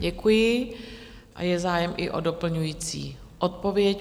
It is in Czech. Děkuji a je zájem i o doplňující odpověď.